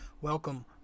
Welcome